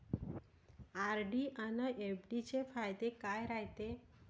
RD अन FD चे फायदे काय रायते?